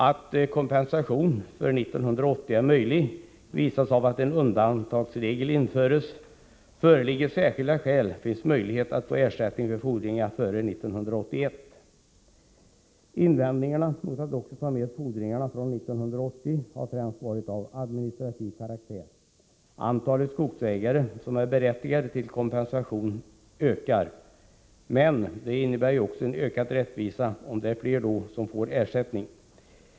Att kompensation för 1980 är möjlig visas av att en undantagsregel införs. Föreligger särskilda skäl finns möjlighet att få ersättning för fordringar före 1981. Invändningarna mot att också ta med fordringarna från 1980 har främst varit av administrativ karaktär. Antalet skogsägare som är berättigade till kompensation ökar, men det innebär en ökad rättvisa om fler får ersättning.